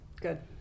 good